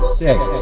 six